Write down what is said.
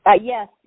yes